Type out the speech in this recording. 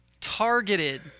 targeted